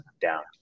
down